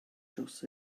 dros